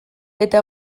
eta